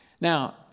now